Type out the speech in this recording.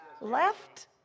left